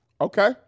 Okay